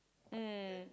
mm